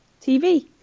TV